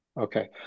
Okay